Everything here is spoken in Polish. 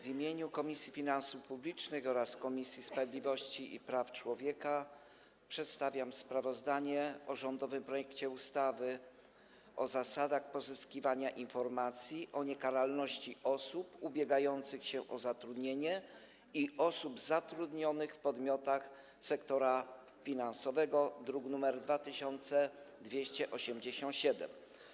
W imieniu Komisji Finansów Publicznych oraz Komisji Sprawiedliwości i Praw Człowieka przedstawiam sprawozdanie o rządowym projekcie ustawy o zasadach pozyskiwania informacji o niekaralności osób ubiegających się o zatrudnienie i osób zatrudnionych w podmiotach sektora finansowego, druk nr 2287.